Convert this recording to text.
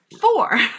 four